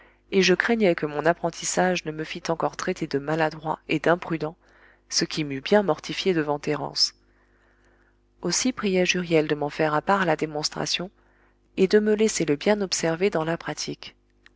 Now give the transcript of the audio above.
et je craignais que mon apprentissage ne me fît encore traiter de maladroit et d'imprudent ce qui m'eût bien mortifié devant thérence aussi priai je huriel de m'en faire à part la démonstration et de me laisser le bien observer dans la pratique